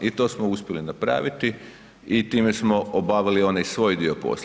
I to smo uspjeli napraviti i time smo obavili onaj svoj dio posla.